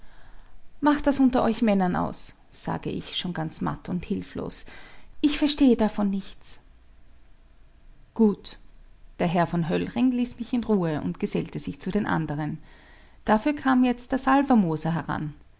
macht das unter euch männern aus sage ich schon ganz matt und hilflos ich verstehe davon nichts gut der herr von höllring ließ mich in ruhe und gesellte sich zu den anderen dafür kam jetzt der salvermoser heran